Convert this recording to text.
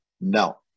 No